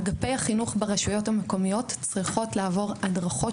אגפי החינוך ברשויות המקומיות צריכים לעבור הדרכות